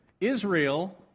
Israel